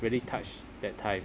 really touched that time